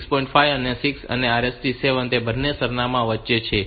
5 એ RST 6 અને RST 7 તે બે સરનામાંની વચ્ચે છે